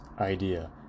idea